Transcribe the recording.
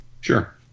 Sure